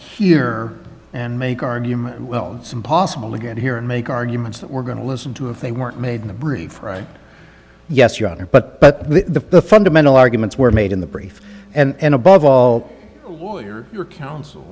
here and make argument well some possibly get here and make arguments that we're going to listen to if they weren't made in the brief right yes your honor but the fundamental arguments were made in the brief and above all your council